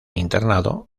internado